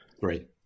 Great